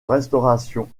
restauration